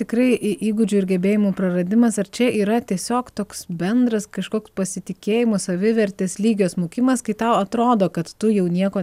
tikrai įgūdžių ir gebėjimų praradimas ar čia yra tiesiog toks bendras kažkoks pasitikėjimo savivertės lygio smukimas kai tau atrodo kad tu jau nieko